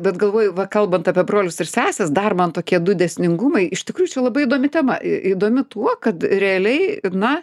bet galvoju va kalbant apie brolius ir seses dar man tokie du dėsningumai iš tikrųjų čia labai įdomi tema įdomi tuo kad realiai na